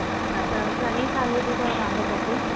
अच्छा त घणे साल जो अथव तव्हांजो बबू